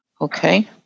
okay